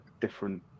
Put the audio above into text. different